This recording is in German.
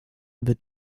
wird